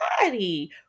body